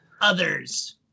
others